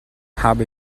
habe